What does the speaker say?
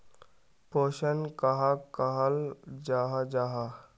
पोषण कहाक कहाल जाहा जाहा?